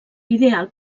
ideal